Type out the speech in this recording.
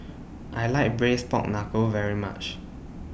I like Braised Pork Knuckle very much